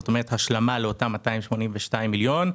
השלמה לאותם 282 מיליון.